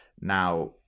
Now